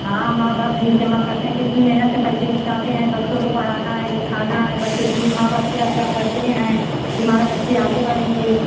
हाँ माँ बाप फीस जमा करते हैं कितनी मेहनत से पैसे जुटाते हैं बच्चों को पढ़ाना है लिखाना है बच्चे के लिए माँ बाप क्या क्या करते हैं कि हमारा बच्चे आगे बढ़ेंगे